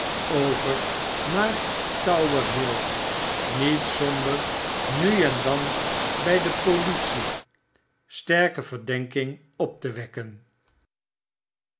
over naar tower hill niet zonder nu en dan by de politie sterke verdenking op te wekken